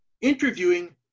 interviewing